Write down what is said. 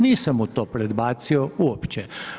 Nisam mu to predbacio uopće.